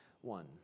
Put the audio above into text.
one